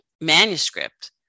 manuscript